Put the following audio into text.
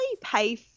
pay